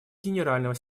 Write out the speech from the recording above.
генерального